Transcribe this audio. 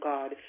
God